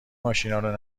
ماشینارو